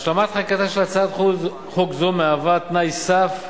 השלמת חקיקתה של הצעת חוק זו היא תנאי סף,